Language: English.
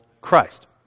Christ